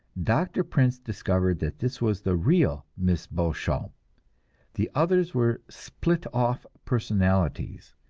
dr. prince discovered that this was the real miss beauchamp the others were split off personalities.